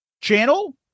channel